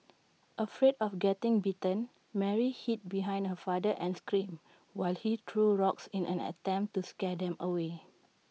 afraid of getting bitten Mary hid behind her father and screamed while he threw rocks in an attempt to scare them away